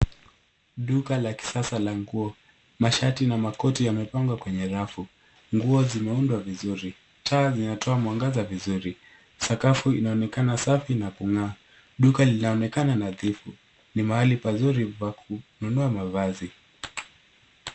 Duka la kisasa la nguo, mashati na makoti yamepangwa kwenye rafu, nguo zimeundwa vizuri, taa zinatoa mwangaza vizuri sakafu inaonekana safi na kungaa. Duka linaonekana nadhifu ni mahali pazuri pa kununua mavazi.